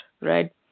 right